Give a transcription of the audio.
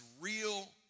real